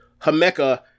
Hameka